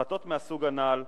החלטות מהסוג הנ"ל